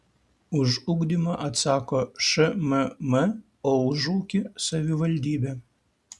už ugdymą atsako šmm o už ūkį savivaldybė